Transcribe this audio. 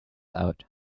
out